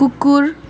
कुकुर